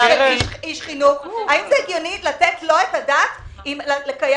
כדי לקיים